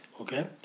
Okay